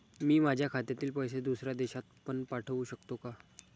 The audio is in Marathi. मी माझ्या खात्यातील पैसे दुसऱ्या देशात पण पाठवू शकतो का?